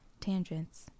tangents